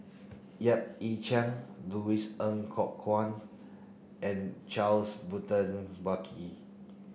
Yap Ee Chian Louis Ng Kok Kwang and Charles Burton Buckley